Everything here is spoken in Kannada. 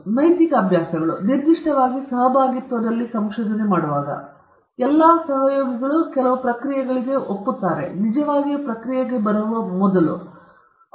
ಆದ್ದರಿಂದ ನೈತಿಕ ಅಭ್ಯಾಸಗಳು ನಿರ್ದಿಷ್ಟವಾಗಿ ಸಹಭಾಗಿತ್ವದಲ್ಲಿ ಸಂಶೋಧನೆ ಮಾಡುವಾಗ ಎಲ್ಲಾ ಸಹಯೋಗಿಗಳು ಕೆಲವು ಪ್ರಕ್ರಿಯೆಗಳಿಗೆ ಒಪ್ಪುತ್ತಾರೆ ಅವರು ನಿಜವಾಗಿಯೂ ಪ್ರಕ್ರಿಯೆಗೆ ಬರಲು ಮುಂಚಿತವಾಗಿ